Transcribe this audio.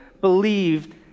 believed